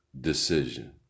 decision